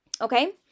Okay